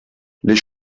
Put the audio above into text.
les